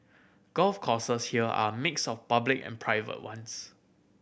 golf courses here are a mix of public and private ones